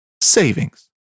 savings